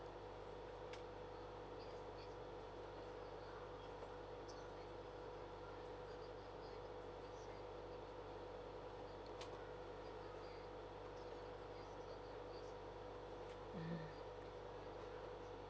mm